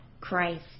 Christ